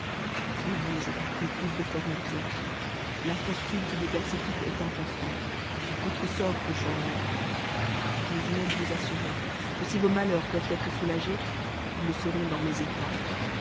ayez je vous prie plus de fermeté la fortune qui vous persécute est inconstante votre sort peut changer j'ose même vous assurer que si vos malheurs peuvent être soulagés ils le seront dans mes états